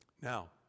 Now